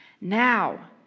Now